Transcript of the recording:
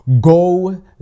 go